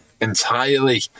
entirely